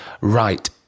Right